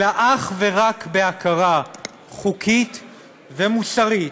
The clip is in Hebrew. אלא אך ורק בהכרה חוקית ומוסרית,